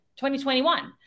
2021